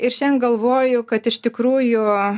ir šian galvoju kad iš tikrųjų